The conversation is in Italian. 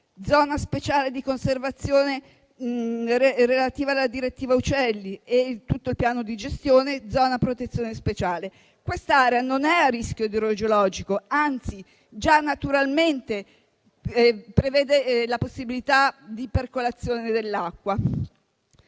Zona Speciale di Conservazione in relazione alla direttiva "Uccelli" e a tutto il Piano di gestione, Zona di Protezione Speciale. Quest'area non è a rischio idrogeologico, anzi prevede già naturalmente la possibilità di percolazione dell'acqua.